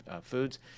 foods